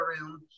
room